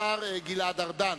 השר גלעד ארדן,